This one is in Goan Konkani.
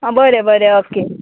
आं बरें बरें ओके